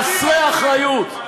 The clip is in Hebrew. יש פה חוקים הזויים שמביאים למצב הזה.